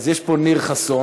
אז יש פה ניר חסוֹן,